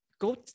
go